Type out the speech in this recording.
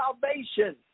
salvation